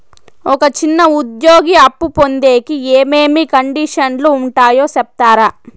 ఒక చిన్న ఉద్యోగి అప్పు పొందేకి ఏమేమి కండిషన్లు ఉంటాయో సెప్తారా?